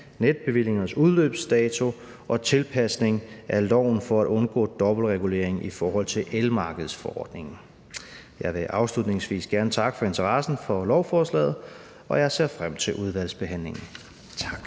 netbevillingernes udløbsdato og tilpasning af loven for at undgå dobbeltregulering i forhold til elmarkedsforordningen. Jeg vil afslutningsvis gerne takke for interessen for lovforslaget, og jeg ser frem til udvalgsbehandlingen. Tak.